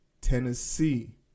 Tennessee